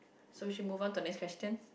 so should move on to next question